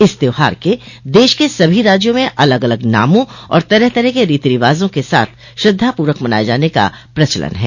इस त्योहार के देश क सभी राज्यों में अलग अलग नामों और तरह तरह के रीति रिवाजा के साथ श्रद्वा पूर्वक मनाये जाने का प्रचलन है